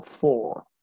four